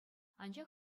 анчах